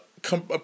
Come